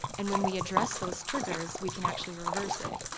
and when we address those triggers, we can actually reverse it.